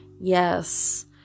yes